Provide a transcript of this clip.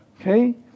Okay